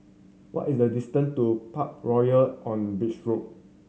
what is the distance to Parkroyal on Beach Road